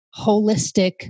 holistic